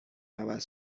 عوض